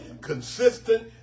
consistent